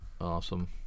Awesome